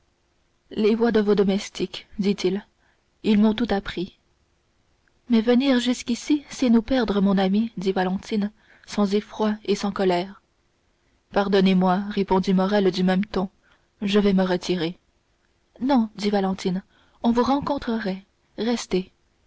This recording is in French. les voix de vos domestiques dit-il m'ont tout appris mais venir jusqu'ici c'est nous perdre mon ami dit valentine sans effroi et sans colère pardonnez-moi répondit morrel du même ton je vais me retirer non dit valentine on vous rencontrerait restez